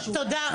תודה,